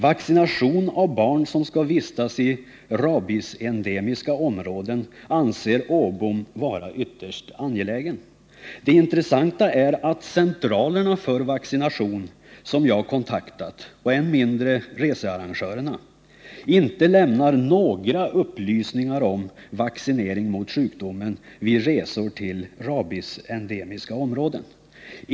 Vaccination av barn som skall vistas i rabiesendemiska områden anser Per Erik Åbom vara ytterst angelägen. Det intressanta är att inte de centraler för vaccination som jag kontaktat, och än mindre researrangörerna, lämnar några upplysningar om vaccinering mot sjukdomen vid resor till rabiesendemiska områden.